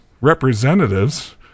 representatives